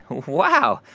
wow.